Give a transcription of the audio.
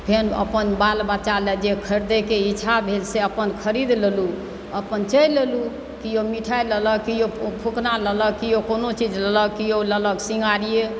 फेर अपन बाल बच्चाके लेल जे खरीदयके इच्छा भेल से अपन खरीद लेलहुँ अपन चलि एलहुँ किओ मिठाइ लेलक किओ फुकना लेलक किओ कोनो चीज लेलक किओ लेलक शृंगारिए